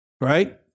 Right